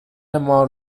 مار